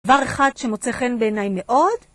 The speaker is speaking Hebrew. דבר אחד שמוצא חן בעיניי מאוד?